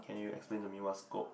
can you explain to me what's kope